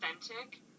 authentic